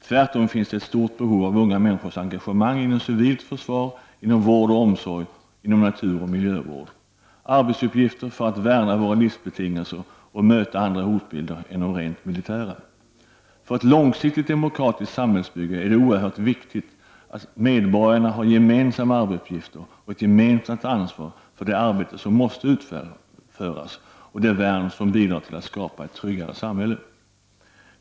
Tvärtom finns ett stort behov av unga människors engagemang inom civilt försvar, inom vård och omsorg och inom naturoch miljövård — arbetsupp gifter för att värna våra livsbetingelser och möta andra hotbilder än de rent militära. För ett långsiktigt demokratiskt samhällsbygge är det oerhört viktigt att medborgarna har gemensamma arbetsuppgifter och ett gemensamt ansvar för det arbete som måste utföras och det värn som bidrar till att skapa ett tryggare samhälle.